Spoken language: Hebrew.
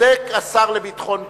צודק השר לביטחון פנים.